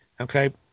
Okay